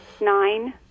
Nine